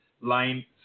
line